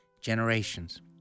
generations